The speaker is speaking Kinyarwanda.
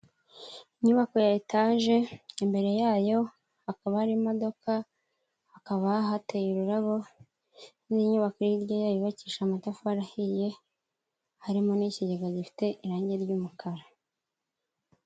Inyubako ya etaje imbere yayo hakaba hari imodoka, hakaba hateye ururabo n'inyubako iri hirya yayo yubakishije amatafari ahiye, harimo n'ikigega gifite irangi ry'umukara.